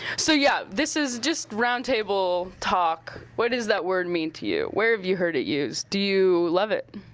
so, yeah, this is just round table talk. what does that word mean to you? where have you heard it used? do you love it?